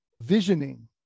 visioning